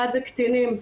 אחת קטינים,